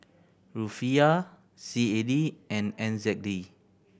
Rufiyaa C A D and N Z D